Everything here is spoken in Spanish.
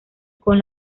con